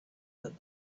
that